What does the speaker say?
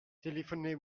téléphonez